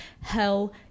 Hell